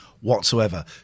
whatsoever